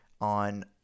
on